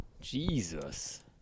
Jesus